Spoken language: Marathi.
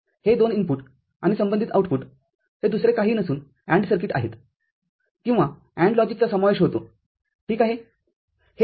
हे २ इनपुटआणि संबंधित आउटपुट हे दुसरे काही नसून AND सर्किटआहेत किंवा AND लॉजिकचासमावेश होतो ठीक आहे